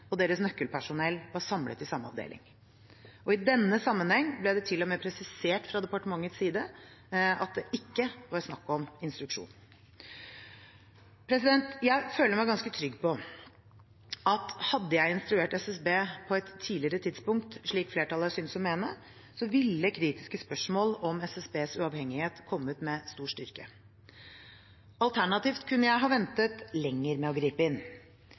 og deres nøkkelpersonell var samlet i samme avdeling. Og i denne sammenheng ble det til og med presisert fra departementets side at det ikke var snakk om instruksjon. Jeg føler meg ganske trygg på at hadde jeg instruert SSB på et tidligere tidspunkt, slik flertallet synes å mene, ville kritiske spørsmål om SSBs uavhengighet kommet med stor styrke. Alternativt kunne jeg ha ventet lenger med å gripe inn.